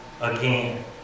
again